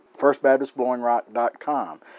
firstbaptistblowingrock.com